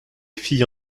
filles